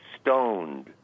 stoned